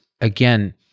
again